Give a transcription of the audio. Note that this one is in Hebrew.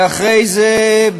ואחרי זה,